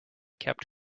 kept